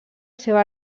seva